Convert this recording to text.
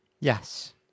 Yes